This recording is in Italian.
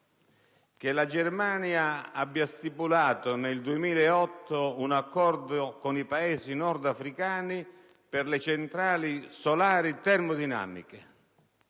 che la Germania abbia stipulato, nel 2008, un accordo con i Paesi nordafricani per le centrali solari termodinamiche.